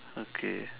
okay